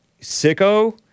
sicko